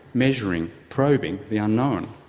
measuring, probing the unknown.